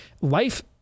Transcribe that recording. Life